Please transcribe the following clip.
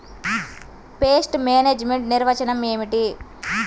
Pest management నిర్వచనం ఏమిటి?